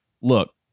look